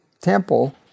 temple